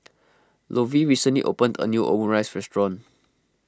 Lovie recently opened a new Omurice restaurant